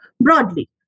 broadly